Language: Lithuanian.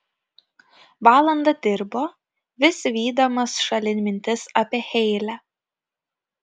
valandą dirbo vis vydamas šalin mintis apie heile